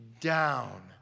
down